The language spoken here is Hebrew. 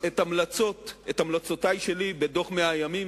את המלצותי שלי בדוח 100 הימים,